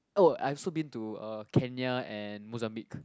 oh I also been to Kenya and Mozambique